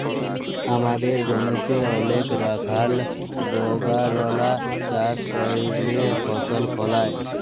আমাদের জমিতে অলেক রাখাল বাগালরা চাষ ক্যইরে ফসল ফলায়